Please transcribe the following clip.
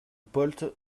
polt